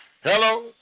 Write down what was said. Hello